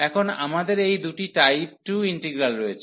এখন আমাদের এই দুটি টাইপ 2 ইন্টিগ্রাল রয়েছে